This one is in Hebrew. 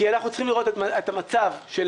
כי אנחנו צריכים לראות את המצב של